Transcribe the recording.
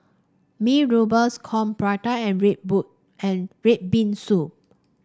Mee Rebus corn Prata and red and red bean soup